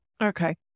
Okay